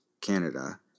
canada